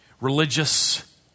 religious